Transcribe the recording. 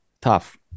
Tough